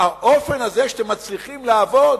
האופן הזה שאתם מצליחים לעבוד